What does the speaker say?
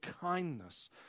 kindness